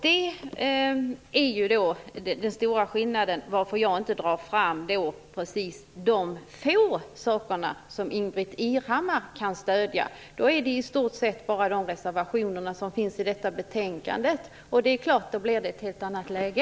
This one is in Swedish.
Det är den stora skillnaden och anledningen till att jag inte drar fram just de få saker som Ingbritt Irhammar kan stödja. Då är det fråga om i stort sett bara de reservationer som finns i detta betänkande. Då blir det ett helt annat läge.